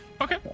Okay